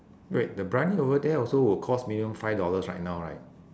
wait the briyani over there also will cost minimum five dollars right now right